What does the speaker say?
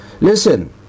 Listen